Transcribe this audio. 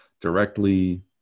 directly